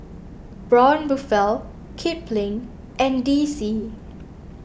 Braun Buffel Kipling and D C